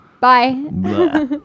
Bye